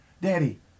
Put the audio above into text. Daddy